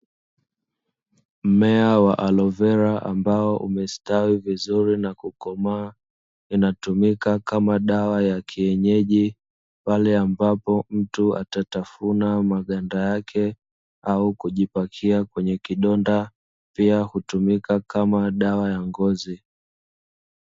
Mmea wa alovera ambao umestawi vizuri na kukomaa inatumika kama dawa ya kienyeji pale ambapo mtu atatafuna maganda yake au kujipakia kwenye kidonda pia hutumika kama dawa ya ngozi.